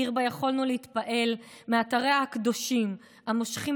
עיר שיכולנו להתפעל מאתריה הקדושים המושכים